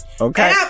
Okay